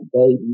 baby